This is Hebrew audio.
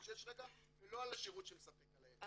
ולא על השירות שמספק היק"ר